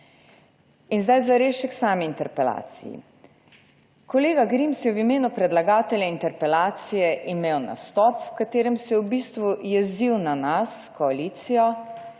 In zdaj zares še k sami interpelaciji. Kolega Grims je v imenu predlagatelja interpelacije imel nastop v katerem se je v bistvu jezil na nas, koalicijo,